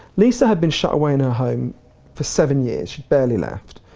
lisa had been shut away in her home for seven years, she barely left,